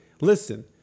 listen